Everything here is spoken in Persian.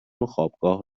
وخوابگاه